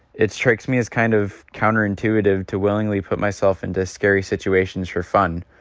it strikes me as kind of counterintuitive to willingly put myself into scary situations for fun.